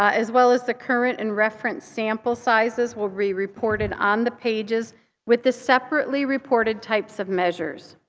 ah as well as the current and reference sample sizes will be reported on the pages with the separately reported types of measures.